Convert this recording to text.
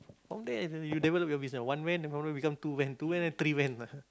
down there you develop your business one van probably become two van two van then three van ah